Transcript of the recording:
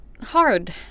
hard